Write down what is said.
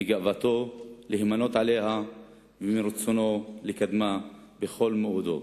מגאוותו להימנות עמה ומרצונו לקדמה בכל מאודו.